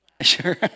Sure